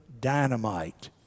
dynamite